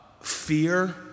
fear